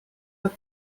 are